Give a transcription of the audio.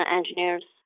engineers